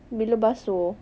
bila basuh